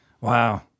Wow